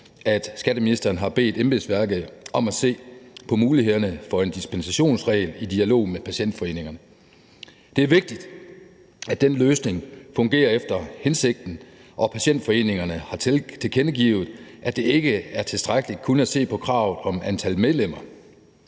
at skatteministeren har bedt embedsværket om i dialog med patientforeningerne at se på mulighederne for en dispensationsregel. Det er vigtigt, at den løsning fungerer efter hensigten, og patientforeningerne har tilkendegivet, at det ikke er tilstrækkeligt kun at se på kravet om antal medlemmer.